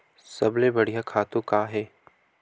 सबले बढ़िया खातु का हे?